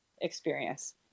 experience